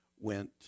went